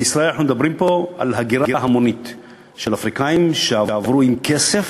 בישראל אנחנו מדברים על הגירה המונית של אפריקנים שעברו עם כסף,